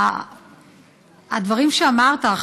הדברים שאמרת,